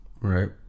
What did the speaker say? Right